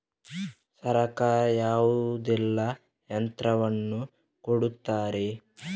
ಸರ್ಕಾರ ಯಾವೆಲ್ಲಾ ಯಂತ್ರವನ್ನು ಕೊಡುತ್ತಾರೆ?